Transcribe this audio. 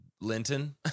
Linton